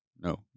No